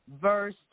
verse